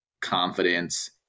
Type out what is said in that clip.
confidence